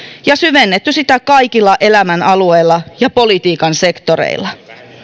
ja syvennetty sitä kaikilla elämänalueilla ja politiikan sektoreilla